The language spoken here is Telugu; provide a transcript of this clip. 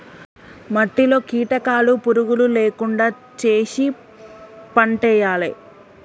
మట్టిలో కీటకాలు పురుగులు లేకుండా చేశి పంటేయాలే